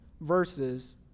verses